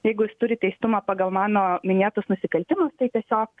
jeigu jis turi teistumą pagal mano minėtus nusikaltimus tai tiesiog